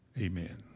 Amen